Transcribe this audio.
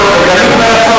שיחזור.